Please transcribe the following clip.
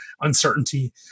uncertainty